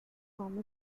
from